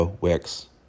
Wix